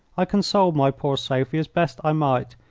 i consoled my poor sophie as best i might,